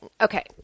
Okay